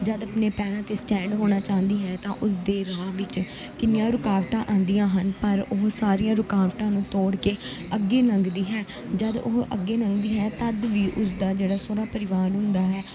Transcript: ਜਦ ਆਪਣੇ ਪੈਰਾਂ 'ਤੇ ਸਟੈਂਡ ਹੋਣਾ ਚਾਹੁੰਦੀ ਹੈ ਤਾਂ ਉਸ ਦੇ ਰਾਹ ਵਿੱਚ ਕਿੰਨੀਆਂ ਰੁਕਾਵਟਾਂ ਆਉਂਦੀਆਂ ਹਨ ਪਰ ਉਹ ਸਾਰੀਆਂ ਰੁਕਾਵਟਾਂ ਨੂੰ ਤੋੜ ਕੇ ਅੱਗੇ ਲੰਘਦੀ ਹੈ ਜਦ ਉਹ ਅੱਗੇ ਲੰਘਦੀ ਹੈ ਤਦ ਵੀ ਉਸਦਾ ਜਿਹੜਾ ਸਹੁਰਾ ਪਰਿਵਾਰ ਹੁੰਦਾ ਹੈ